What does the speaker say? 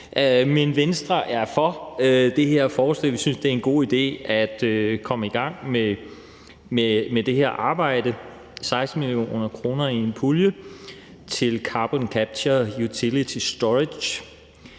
Men Venstre er for det her forslag. Vi synes, at det er en god idé at komme i gang med det her arbejde. 16 mio. kr. i en pulje til carbon catcher utility storage.